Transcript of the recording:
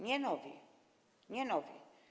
Nie nowi, nie nowi.